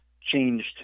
changed